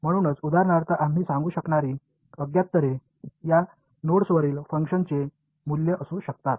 म्हणूनच उदाहरणार्थ आम्ही सांगू शकणारी अज्ञातरे या नोड्सवरील फंक्शनचे मूल्य असू शकतात